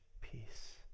peace